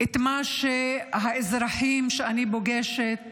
את מה שאותם אזרחים שאני פוגשת